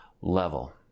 level